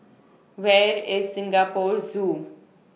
Where IS Singapore Zoo